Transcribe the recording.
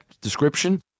description